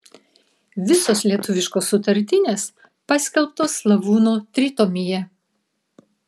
visos lietuviškos sutartinės paskelbtos slavūno tritomyje